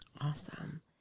Awesome